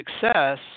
success